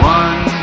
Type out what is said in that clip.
one